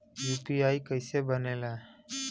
UPI कईसे बनेला?